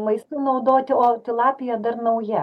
maistui naudoti o tilapija dar nauja